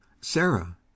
Sarah